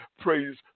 Praise